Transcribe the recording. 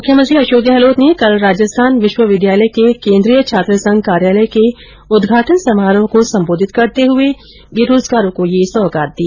मुख्यमंत्री अशोक गहलोत ने कल राजस्थान विश्वविद्यालय के केंद्रीय छात्रसंघ कार्यालय के उद्घाटन समारोह को संबोधित करते हुए बेरोजगारों को यह सौगात दी